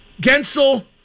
Gensel